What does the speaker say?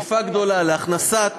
בשאיפה גדולה, להכנסה,